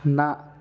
ନା